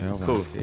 Cool